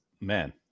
man